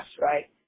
right